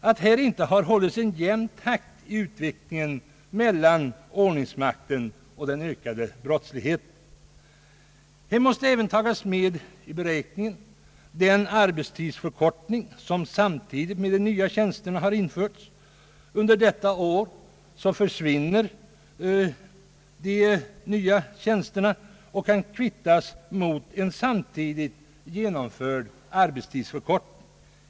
Det har inte hållits en jämn takt i utvecklingen mellan ordningsmakten och den ökade brottsligheten. Man måste också ta med i beräkningen att arbetstiden förkortats i samband med tillsättandet av de nya tjänsterna. Under detta år försvinner de nya tjänsterna, ty de kan kvittas mot en samtidigt genomförd arbetstidsförkortning.